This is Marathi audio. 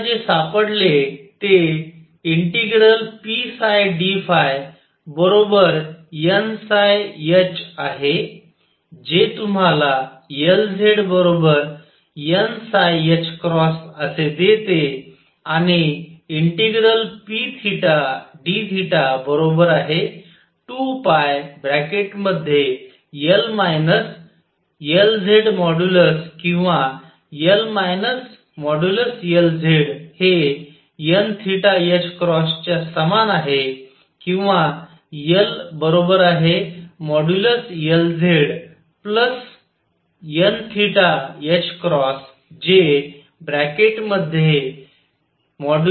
तर आपल्याला जे सापडले ते ∫pdϕ nh आहे जे तुम्हाला Lzn असे देते आणि ∫pd2πL Lz किंवाL Lz हे n च्या समान आहे किंवा L Lzn जे nn आहे